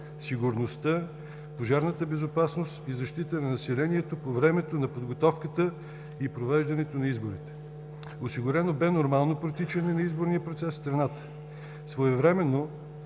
сигурността, пожарната безопасност и защита на населението по времето на подготовката и провеждането на изборите. Осигурено бе нормално протичане на изборния процес в страната.